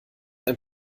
ein